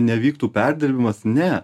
nevyktų perdirbimas ne